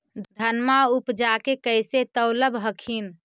धनमा उपजाके कैसे तौलब हखिन?